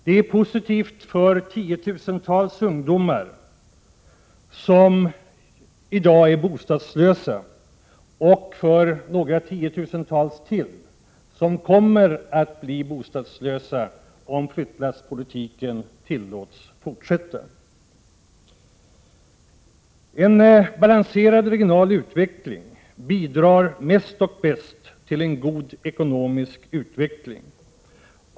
Det är positivt för tiotusentals ungdomar som i dag är bostadslösa och för ytterligare tiotusentals som kommer att bli bostadslösa om flyttlasspolitiken tillåts fortsätta. En balanserad regional utveckling bidrar mest och bäst till en god ekonomisk utveckling.